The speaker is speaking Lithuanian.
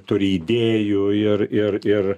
turi idėjų ir ir ir